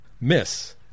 miss